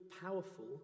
powerful